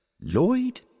Lloyd